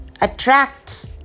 attract